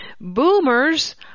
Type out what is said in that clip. Boomers